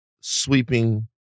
sweeping